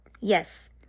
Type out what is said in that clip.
Yes